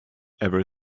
ever